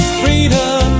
freedom